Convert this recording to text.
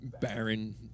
barren